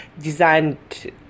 designed